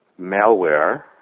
malware